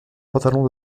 pantalon